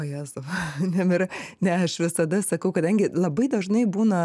o jėzau nemira ne aš visada sakau kadangi labai dažnai būna